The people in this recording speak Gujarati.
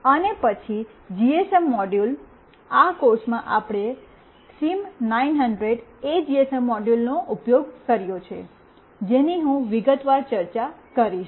અને પછી જીએસએમ મોડ્યુલ આ કોર્સમાં આપણે સિમ900 એ જીએસએમ મોડ્યુલનો ઉપયોગ કર્યો છે જેની હું વિગતવાર ચર્ચા કરીશ